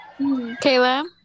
Kayla